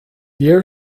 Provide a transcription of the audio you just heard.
year